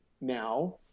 now –